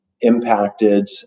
impacted